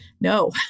no